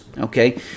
Okay